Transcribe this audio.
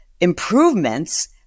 improvements